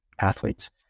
athletes